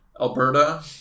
Alberta